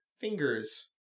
fingers